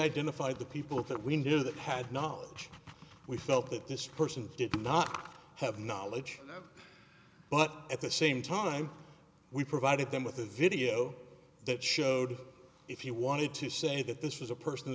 identified the people that we knew that had knowledge we felt that this person did not have knowledge but at the same time we provided them with a video that showed if you wanted to say that this was a person